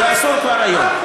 זה אסור כבר היום.